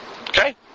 okay